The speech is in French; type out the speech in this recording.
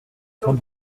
cent